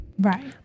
right